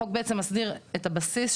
החוק מסדיר את הבסיס.